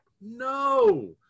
no